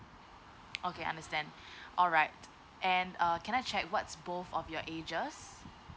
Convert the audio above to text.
okay understand alright and err can I check what's both of your ages